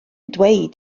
dweud